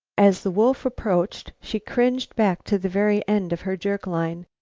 as the wolf approached she cringed back to the very end of her jerk-line.